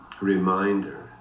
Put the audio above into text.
reminder